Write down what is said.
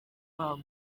babo